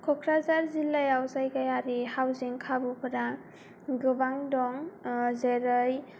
क'क्राझार जिल्लायाव जायगायरि हाउजिं खाबुफोरा गोबां दं जोरै